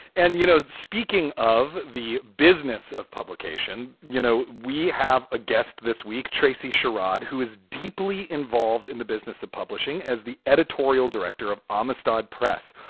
and, you know, speaking of the business of publication, you know, we have a guest this week, tracy charade, who is deeply involved in the business of publishing as the editorial director of amistad press.